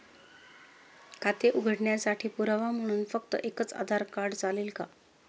खाते उघडण्यासाठी पुरावा म्हणून फक्त एकच आधार कार्ड चालेल का?